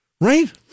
Right